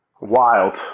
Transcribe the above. Wild